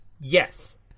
Yes